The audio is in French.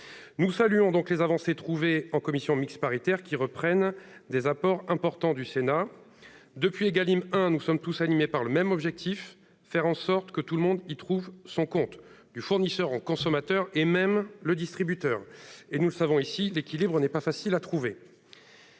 Nous saluons les avancées trouvées en commission mixte paritaire, qui reprennent des apports importants du Sénat. Depuis la loi Égalim 1, nous sommes tous animés par le même objectif : faire en sorte que tout le monde y trouve son compte, du fournisseur au consommateur, en passant par le distributeur. Nous le savons, l'équilibre n'est pas facile à trouver.